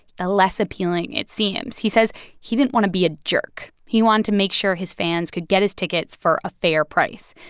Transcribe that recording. the less appealing it seems. he says he didn't want to be a jerk. he wanted to make sure his fans could get his tickets for a fair price.